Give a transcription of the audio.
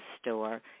store